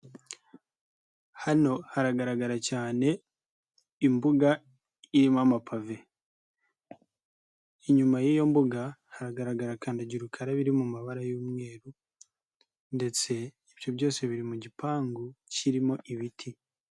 Hano haragaragara cyane imbuga irimo amapave. Inyuma y'iyo mbuga haragaragara kandagira ukarabe iri mu mabara y'umweru ndetse ibyo byose biri mu gipangu kirimo ibiti.